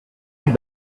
have